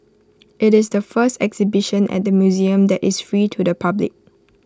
IT is the first exhibition at the museum that is free to the public